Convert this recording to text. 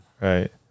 right